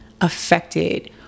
affected